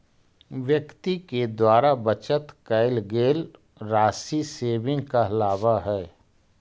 व्यक्ति के द्वारा बचत कैल गेल राशि सेविंग कहलावऽ हई